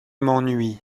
m’ennuies